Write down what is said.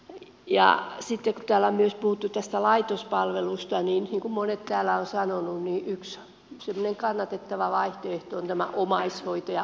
sitten kun täällä on myös puhuttu tästä laitospalvelusta niin niin kuin monet täällä ovat sanoneet yksi semmoinen kannatettava vaihtoehto on tämä omaishoitaja omaishoito